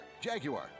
Jaguar